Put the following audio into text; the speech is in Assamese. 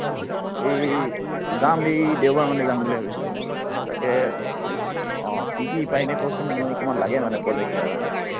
এই যাম এই দেওবাৰ মানে যাম বুলি ভাবিছোঁ তাকে অঁ কি কি পায় এনেই কচোন মোক অকণমান লাগে মানে প্ৰজেক্ট এটাৰ কাৰণে